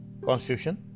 Constitution